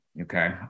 Okay